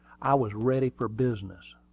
i was ready for business.